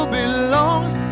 belongs